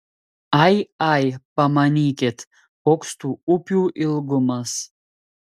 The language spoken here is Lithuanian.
ai ai pamanykit koks tų upių ilgumas